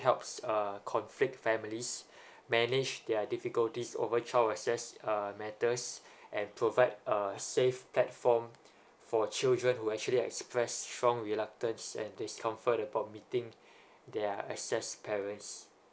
helps uh conflict families manage their difficulties over child access uh matters and provide a safe platform for children who actually express strong reluctance and discomfort upon meeting their access parents